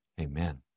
Amen